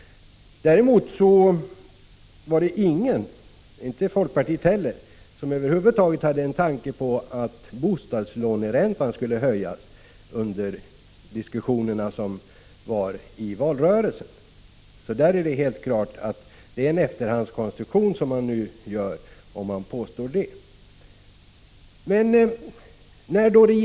Däremot var det ingen, inte heller folkpartiet, som under diskussionerna i valrörelsen över huvud taget hade en tanke på att bostadslåneräntan skulle höjas. Det är helt klart att det är en efterhandskonstruktion som folkpartiet nu gör, om man påstår att så var fallet.